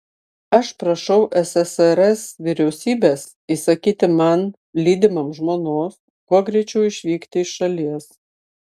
aš prašau ssrs vyriausybės įsakyti man lydimam žmonos kuo greičiau išvykti iš šalies